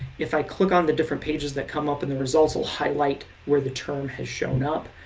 if i click on the different pages that come up in the results it'll highlight where the term has shown up.